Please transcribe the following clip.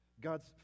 God's